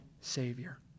savior